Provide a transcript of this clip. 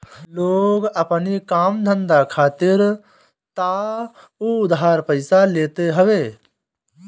लोग अपनी काम धंधा खातिर तअ उधार पइसा लेते हवे